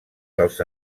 dels